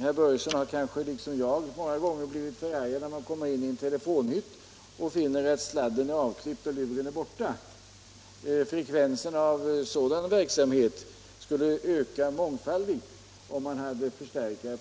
Herr Börjesson har kanske liksom jag många gånger blivit förargad när han kommit in i en telefonhytt för att ringa och funnit sladden avklippt och luren borta. Frekvensen av sådan verksamhet skulle säkert öka mångfaldigt om det fanns förstärkare